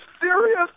serious